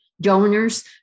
donors